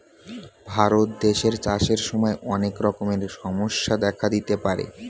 ভারত দেশে চাষের সময় অনেক রকমের সমস্যা দেখা দিতে পারে